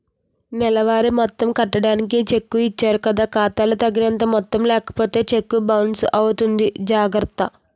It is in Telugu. నెలవారీ మొత్తం కట్టడానికి చెక్కు ఇచ్చారు కదా ఖాతా లో తగినంత మొత్తం లేకపోతే చెక్కు బౌన్సు అవుతుంది జాగర్త